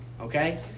okay